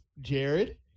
Jared